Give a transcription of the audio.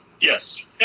Yes